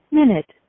minute